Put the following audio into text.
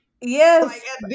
Yes